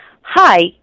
hi